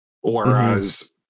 whereas